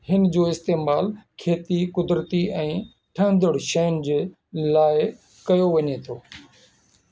हिन जो इस्तेमालु खेती कुदिरती ऐं ठहिंदड़ शयुनि जे लाइ कयो वञे थो